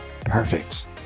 Perfect